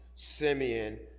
Simeon